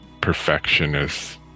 perfectionist